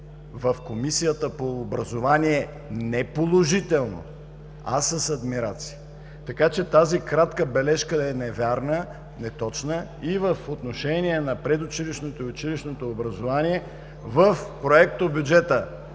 в Комисията по образование не положително, а с адмирации. Така че тази кратка бележка е невярна, неточна и в отношение на предучилищното и училищното образование. В Проектобюджета